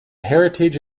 heritage